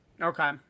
Okay